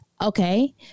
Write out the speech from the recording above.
Okay